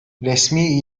resmi